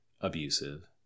abusive